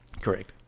Correct